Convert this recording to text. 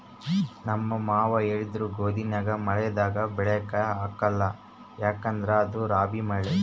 ನಮ್ ಮಾವ ಹೇಳಿದ್ರು ಗೋದಿನ ಮಳೆಗಾಲದಾಗ ಬೆಳ್ಯಾಕ ಆಗ್ಕಲ್ಲ ಯದುಕಂದ್ರ ಅದು ರಾಬಿ ಬೆಳೆ